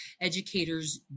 educators